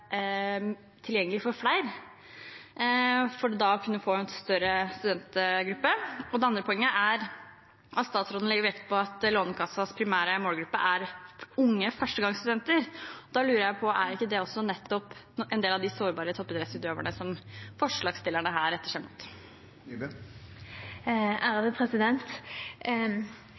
vært tilgjengelig for flere, for da å kunne få en større studentgruppe. Det andre poenget er at statsråden legger vekt på at Lånekassens primære målgruppe er unge førstegangsstudenter. Da lurer jeg på: Er ikke det også nettopp en del av de sårbare toppidrettsutøverne som forslagsstillerne her retter seg mot?